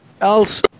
else